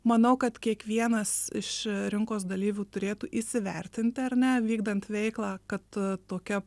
manau kad kiekvienas iš rinkos dalyvių turėtų įsivertinti ar ne vykdant veiklą kad tokia